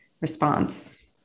response